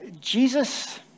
Jesus